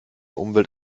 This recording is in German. umwelt